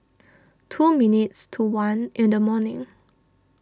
two minutes to one in the morning